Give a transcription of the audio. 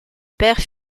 père